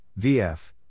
vf